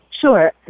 Sure